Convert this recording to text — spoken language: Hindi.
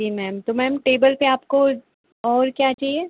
जी मैम तो मैम टेबल पर आपको और क्या चाहिए